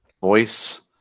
voice